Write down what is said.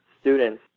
students